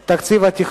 הצבעה.